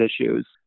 issues